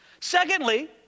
Secondly